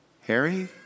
Harry